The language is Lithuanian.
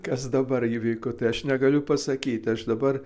kas dabar įvyko tai aš negaliu pasakyt aš dabar